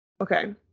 Okay